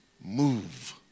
move